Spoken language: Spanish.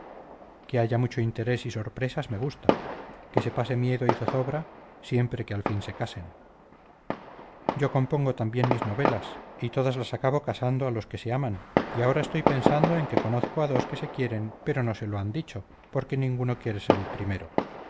que aya mucho interés y sorpresas me gusta que se pase miedo y zozobra siempre que al fin se casen yo compongo también mis novelas y todas las acabo cansando a los que se aman y aora estoy pensando en que conozco a dos que se quieren pero no se lo an dicho porque ninguno quiere ser el primero